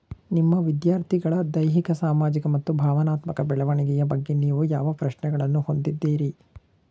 ನಿಮ್ಮ ವಿದ್ಯಾರ್ಥಿಗಳ ದೈಹಿಕ ಸಾಮಾಜಿಕ ಮತ್ತು ಭಾವನಾತ್ಮಕ ಬೆಳವಣಿಗೆಯ ಬಗ್ಗೆ ನೀವು ಯಾವ ಪ್ರಶ್ನೆಗಳನ್ನು ಹೊಂದಿದ್ದೀರಿ?